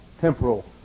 temporal